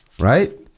Right